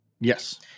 Yes